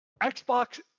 Xbox